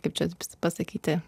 kaip čia pasakyti